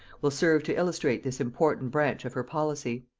will serve to illustrate this important branch of her policy.